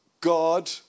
God